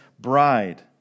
bride